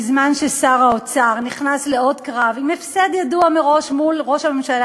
בזמן ששר האוצר נכנס לעוד קרב עם הפסד ידוע מראש מול ראש הממשלה